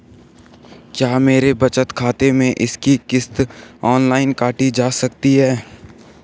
क्या मेरे बचत खाते से इसकी किश्त ऑनलाइन काटी जा सकती है?